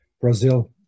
Brazil